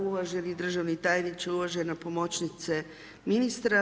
Uvažena državna tajniče, uvažena pomoćnice ministra.